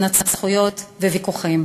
התנצחויות וויכוחים,